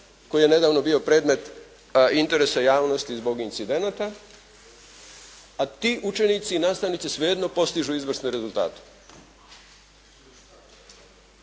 koji je nedavno bio predmet interesa javnosti zbog incidenata. A ti učenici i nastavnici svejedno postižu izvrsne rezultate.